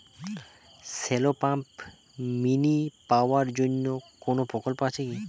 Shallow pump mini power জন্য কোনো প্রকল্প আছে কি?